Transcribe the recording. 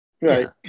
Right